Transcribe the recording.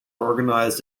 organized